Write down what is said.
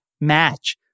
match